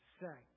say